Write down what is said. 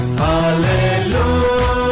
hallelujah